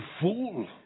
fool